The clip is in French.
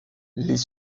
les